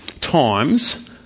times